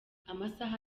amasaha